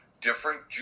different